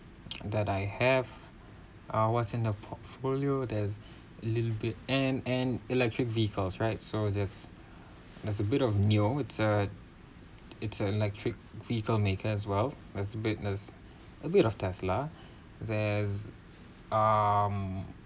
that I have ah what's in the portfolio there's little bit and and electric vehicles right so there's there's a bit of neo it's a it's a electric vehicle maker as well there's a bit of a bit of Tesla there's um